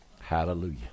Hallelujah